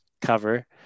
cover